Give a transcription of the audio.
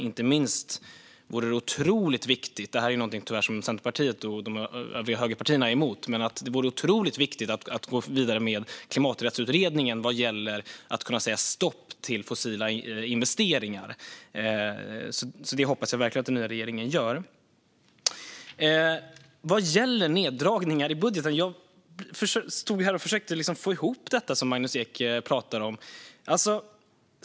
Inte minst vore det otroligt viktigt - tyvärr är det någonting som Centerpartiet och de övriga högerpartierna är emot - att gå vidare med Klimaträttsutredningen vad gäller att kunna säga stopp till fossila investeringar. Det hoppas jag verkligen att den nya regeringen gör. Vad gäller neddragningar i budgeten stod jag här och försökte få ihop det som Magnus Ek pratar om.